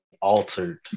altered